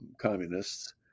communists